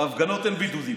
בהפגנות אין בידודים.